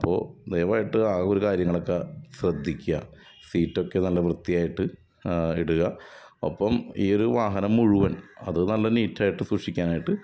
അപ്പോൾ ദയവായിട്ട് ആ ഒരു കാര്യങ്ങളൊക്കെ ശ്രദ്ധിക്കുക സീറ്റൊക്കെ നല്ല വൃത്തിയായിട്ട് ഇടുക അപ്പം ഈ ഒരു വാഹനം മുഴുവൻ അത് നല്ല നീറ്റായിട്ട് സൂക്ഷിക്കാനായിട്ട്